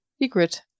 secret